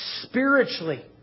spiritually